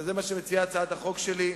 וזה מה שמציעה הצעת החוק שלי,